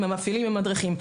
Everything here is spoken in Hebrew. עם המפעילים ועם המדריכים.